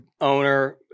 owner